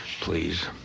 Please